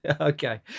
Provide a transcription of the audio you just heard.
okay